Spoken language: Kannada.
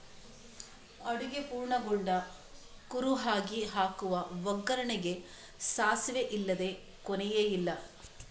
ಅಡುಗೆ ಪೂರ್ಣಗೊಂಡ ಕುರುಹಾಗಿ ಹಾಕುವ ಒಗ್ಗರಣೆಗೆ ಸಾಸಿವೆ ಇಲ್ಲದೇ ಕೊನೆಯೇ ಇಲ್ಲ